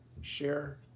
share